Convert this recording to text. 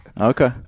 Okay